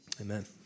amen